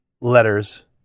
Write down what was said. letters